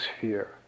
fear